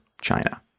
China